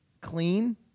clean